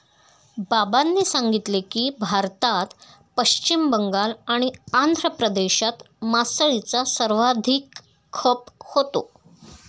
बाबांनी सांगितले की, भारतात पश्चिम बंगाल आणि आंध्र प्रदेशात मासळीचा सर्वाधिक खप होतो